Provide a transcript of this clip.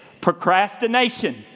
procrastination